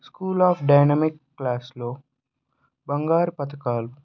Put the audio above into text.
school of dynamic క్లాసులో బంగారు పథకాలు